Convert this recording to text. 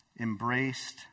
embraced